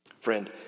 Friend